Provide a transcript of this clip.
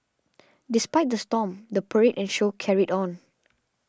despite the storm the parade and show carried on